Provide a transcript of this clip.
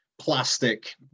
plastic